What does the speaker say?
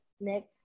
next